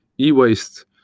e-waste